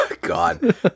God